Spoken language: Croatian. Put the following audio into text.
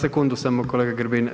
Sekundu samo, kolega Grbin.